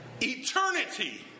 eternity